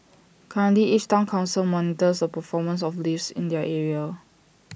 currently each Town Council monitors the performance of lifts in their area